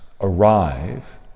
arrive